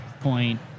point